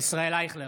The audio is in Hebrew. ישראל אייכלר,